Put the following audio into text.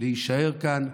להישאר כאן,